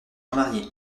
remariée